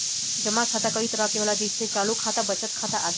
जमा खाता कई तरह के होला जेइसे चालु खाता, बचत खाता आदि